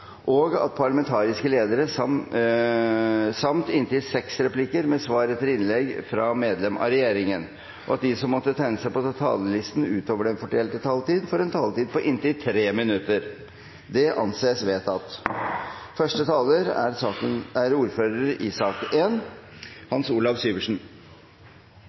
parlamentariske ledere samt inntil seks replikker med svar etter innlegg fra medlem av regjeringen innenfor den fordelte taletid, og at de som måtte tegne seg på talerlisten utover den fordelte taletid, får en taletid på inntil 3 minutter. – Det anses vedtatt. Det er en rekke innstillinger som behandles samtidig her i